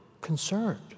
concerned